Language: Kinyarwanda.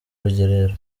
rugerero